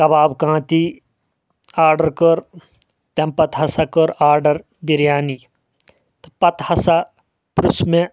کباب کانتی آرڈڑ کٔر تمہِ پتہٕ ہسا کٔر آرڈر بریانی تہٕ پتہٕ ہسا پرُژھ مےٚ